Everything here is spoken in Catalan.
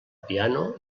piano